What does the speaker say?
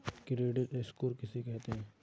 Credit score किसे कहते हैं?